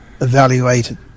evaluated